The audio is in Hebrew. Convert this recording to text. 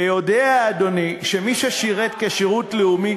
ויודע אדוני שמי ששירת שירות לאומי,